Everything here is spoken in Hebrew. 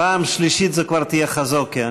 פעם שלישית כבר תהיה "חזוקה".